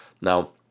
now